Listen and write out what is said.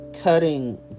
Cutting